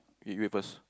you wait first